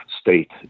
state